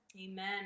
amen